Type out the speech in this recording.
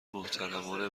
محترمانه